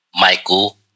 Michael